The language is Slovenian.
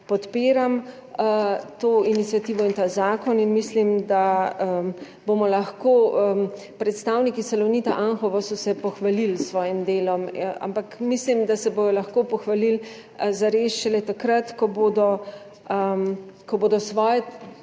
podpiram to iniciativo in ta zakon in mislim, da bomo lahko – predstavniki Salonita Anhovo so se pohvalili s svojim delom, ampak mislim, da se bodo lahko pohvalili zares šele takrat, ko bodo svoje